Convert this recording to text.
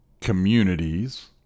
communities